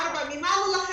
ארבעה.